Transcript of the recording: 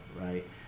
right